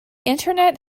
internet